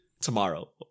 tomorrow